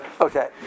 okay